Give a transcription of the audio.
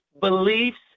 beliefs